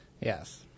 Yes